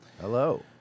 Hello